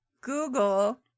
Google